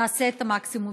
נעשה את המקסימום.